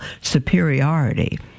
superiority